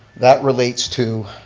that relates to